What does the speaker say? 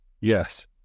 Yes